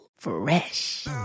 fresh